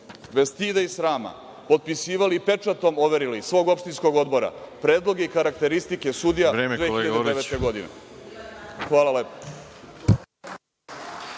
stida i srama potpisivali i pečatom overili svog opštinskog odbora predloge i karakteristike sudija 2009. godine. Hvala lepo.